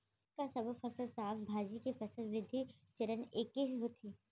का सबो फसल, साग भाजी के फसल वृद्धि चरण ऐके होथे?